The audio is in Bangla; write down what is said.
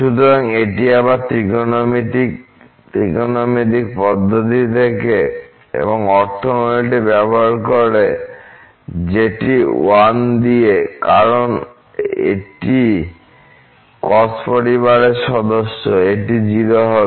সুতরাং এটি আবার ত্রিকোণমিতিক ত্রিকোণমিতিক পদ্ধতি থেকে এবং অর্থগোনালিটি ব্যবহার করে যেটি 1 দিয়ে এবং কারণ এটি cos পরিবারের সদস্য এটি 0 হবে